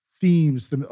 themes